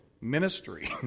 ministry